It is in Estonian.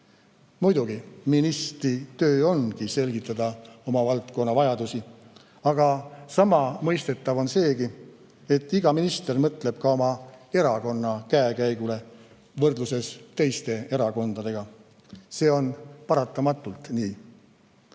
Muidugi, ministri töö ongi selgitada oma valdkonna vajadusi, aga sama mõistetav on seegi, et iga minister mõtleb ka oma erakonna käekäigule võrdluses teiste erakondadega. See on paratamatult nii.